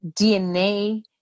dna